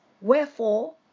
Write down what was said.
Wherefore